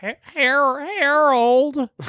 Harold